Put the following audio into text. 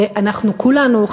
אנחנו כולנו,